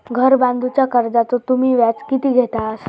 घर बांधूच्या कर्जाचो तुम्ही व्याज किती घेतास?